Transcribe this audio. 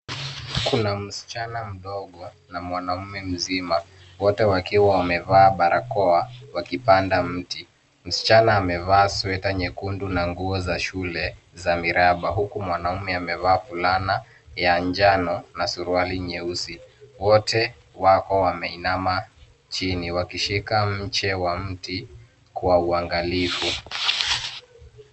Kuna msichana mdogo na mwanaume mzima wote wakiwa wamevaa barakoa wakipanda mti. Msichana amevaa sweta nyekundu na nguo za shule za miraba huku mwanaume amevaa fulana ya njano na suruali nyeusi. Wote wako wameinama chini wakishika mche wa mti kwa uangalifu.